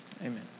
Amen